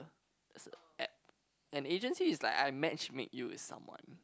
it's a app an agency is like I matchmake you with someone